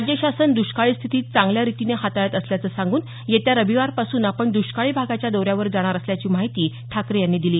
राज्य शासन द्रष्काळी स्थिती चांगल्यारीतीनं हाताळत असल्याचं सांगून येत्या रविवारपासून आपण द्रष्काळी भागाच्या दौऱ्यावर जाणार असल्याची माहिती त्यांनी दिली